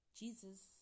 jesus